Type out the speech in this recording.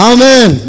Amen